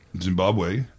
Zimbabwe